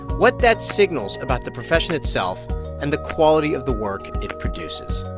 what that signals about the profession itself and the quality of the work it produces